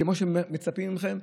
כמו שמצפים מכם,